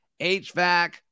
HVAC